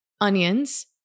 onions